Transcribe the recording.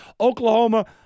Oklahoma